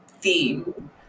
theme